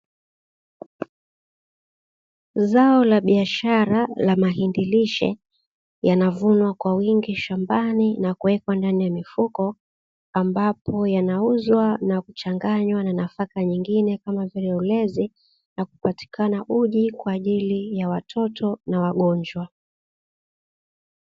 Zao la biashara la mahindi lishe yanavunwa kwa wingi shambani na kuwekwa ndani ya mifuko, ambapo yanauzwa na kuchanganywa na nafaka nyinyine, kama vile ulezi na kupatikana uji kwa ajili ya watoto na wagonjwa.